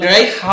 Right